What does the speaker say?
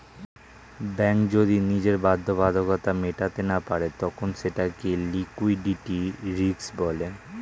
bank যদি নিজের বাধ্যবাধকতা মেটাতে না পারে তখন সেটাকে লিক্যুইডিটি রিস্ক বলে